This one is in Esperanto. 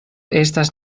estas